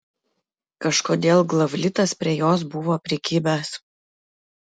kažkodėl glavlitas prie jos buvo prikibęs